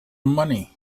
money